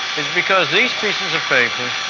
because these pieces of paper,